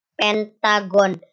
pentagon